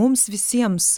mums visiems